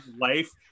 life